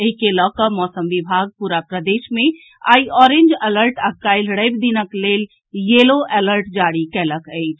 एहि के लऽ कऽ मौसम विभाग पूरा प्रदेश मे आइ ऑरेंज अलर्ट आ काल्हि रवि दिनक लेल येलो अलर्ट जारी कयलक अछि